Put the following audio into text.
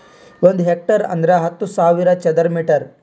ಒಂದ್ ಹೆಕ್ಟೇರ್ ಅಂದರ ಹತ್ತು ಸಾವಿರ ಚದರ ಮೀಟರ್